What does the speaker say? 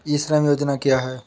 ई श्रम योजना क्या है?